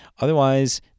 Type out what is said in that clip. Otherwise